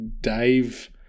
Dave